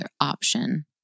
option